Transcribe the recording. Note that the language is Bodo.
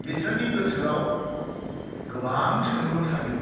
बिसोरनि गोसोआव गोबां सोंलु थायो